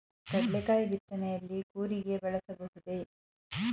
ಕಡ್ಲೆಕಾಯಿ ಬಿತ್ತನೆಯಲ್ಲಿ ಕೂರಿಗೆ ಬಳಸಬಹುದೇ?